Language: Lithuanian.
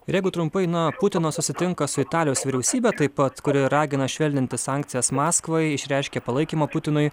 ir jeigu trumpai na putinas susitinka su italijos vyriausybe taip pat kuri ragina švelninti sankcijas maskvai išreiškė palaikymą putinui